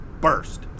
burst